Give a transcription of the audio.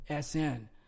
SN